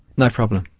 no problem.